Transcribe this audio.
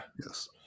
yes